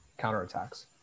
counterattacks